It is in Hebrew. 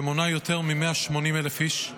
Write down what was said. שמונה יותר מ-180,000 איש.